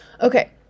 okay